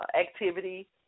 activity